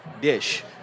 dish